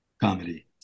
comedy